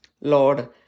Lord